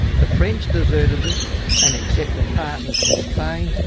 the french deserted us and accepted partners from spain,